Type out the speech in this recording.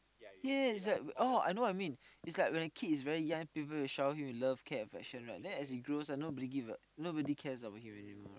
yes it's like oh I know I mean is like when a kid is very young people will shower him with love care and affection right then as he grows ah nobody will give a nobody cares about him anymore right